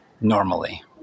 normally